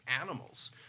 animals